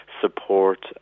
support